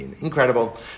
Incredible